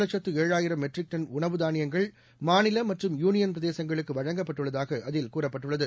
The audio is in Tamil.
லட்சத்து இதுவரை ஆயிரம்மெட்ரிக்டன்உணவுதானியங்கள்மாநிலமற்றும்யூனியன்பிரதேசங்களுக்குவழங்கப்பட் டுள்ளதாகஅதில்கூறப்பட்டுள்ளது